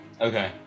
Okay